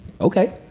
okay